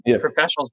professionals